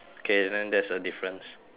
K then that's a difference